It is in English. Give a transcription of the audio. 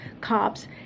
cops